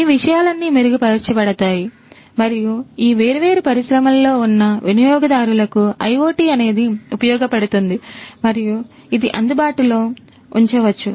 ఈ విషయాలన్నీ మెరుగుపరచబడతాయి మరియు ఈ వేర్వేరు పరిశ్రమలలో ఉన్న వినియోగదారులకు IoT అనేది ఉపయోగపడుతుంది మరియు ఇది అందుబాటులో ఉంచవచ్చు